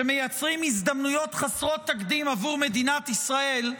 שמייצרים הזדמנויות חסרות תקדים עבור מדינת ישראל,